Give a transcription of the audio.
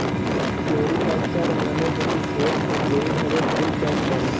floriculture মানে হতিছে যেই ভাবে ফুল চাষ করে